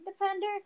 defender